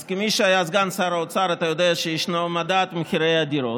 אז כמי שהיה סגן שר האוצר אתה יודע שיש מדד מחירי הדירות,